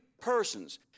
persons